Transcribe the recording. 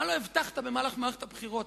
מה לא הבטחת במהלך מערכת הבחירות?